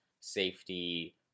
safety